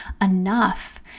enough